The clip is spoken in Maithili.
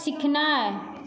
सिखनाय